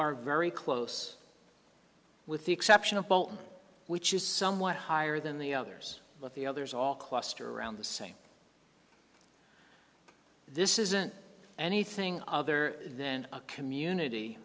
are very close with the exception of bolton which is somewhat higher than the others but the others all cluster around the same this isn't anything other then a community